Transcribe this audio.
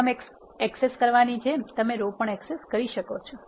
column access કરવાની જેમ તમે રો પણ એક્સેસ કરી શકો છો